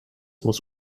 muss